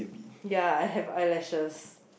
ya I have eyelashes